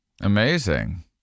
Amazing